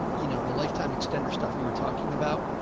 you know, the lifetime extender stuff we were talking about,